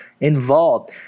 involved